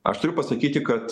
aš turiu pasakyti kad